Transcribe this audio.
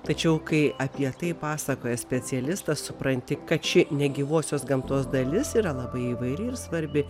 tačiau kai apie tai pasakoja specialistas supranti kad ši negyvosios gamtos dalis yra labai įvairi ir svarbi